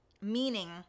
meaning